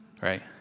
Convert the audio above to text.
right